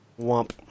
Womp